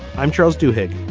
i'm charles duhigg.